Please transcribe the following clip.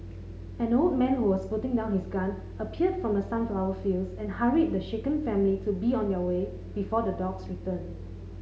an old man who was putting down his gun appeared from the sunflower fields and hurried the shaken family to be on their way before the dogs return